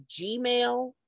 Gmail